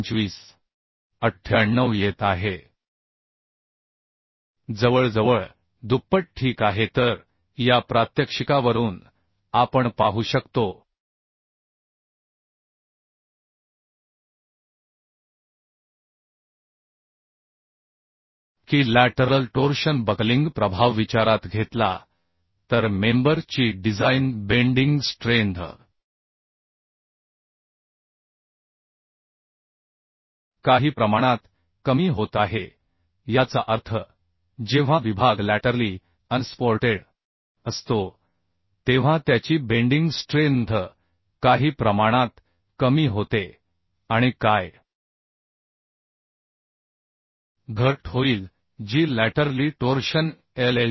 98 येत आहे जवळजवळ दुप्पट ठीक आहे तर या प्रात्यक्षिकावरून आपण पाहू शकतो की लॅटरल टोर्शन बकलिंग प्रभाव विचारात घेतला तर मेंबर ची डिझाइन बेंडिंग स्ट्रेंथ काही प्रमाणात कमी होत आहे याचा अर्थ जेव्हा विभाग लॅटरली अनसपोर्टेड असतो तेव्हा त्याची बेंडिंग स्ट्रेंथ काही प्रमाणात कमी होते आणि काय घट होईल जी लॅटरली टोर्शन LLT